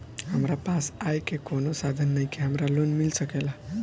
हमरा पास आय के कवनो साधन नईखे हमरा लोन मिल सकेला?